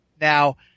Now